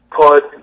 Put